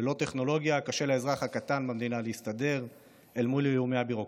ללא טכנולוגיה קשה לאזרח הקטן במדינה להסתדר אל מול איומי הביורוקרטיה.